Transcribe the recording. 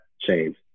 change